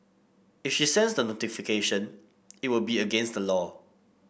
if she sends the notification it would be against the law